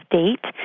date